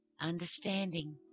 Understanding